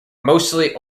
mostly